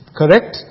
correct